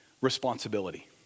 responsibility